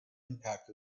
impact